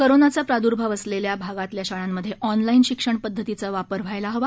कोरोनाचा प्रादुर्भाव असलेल्या भागातल्या शाळांमध्ये ऑनलाईन शिक्षणपद्वतीचा वापर व्हायला हवा